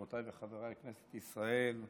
חברותיי וחבריי בכנסת ישראל,